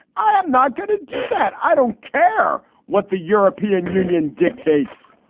i'm not going to do that. i don't care what the european union dictates.